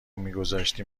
گذاشتی